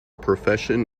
profession